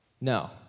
No